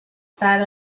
that